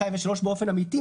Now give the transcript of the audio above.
שניים ושלושה באופן אמיתי,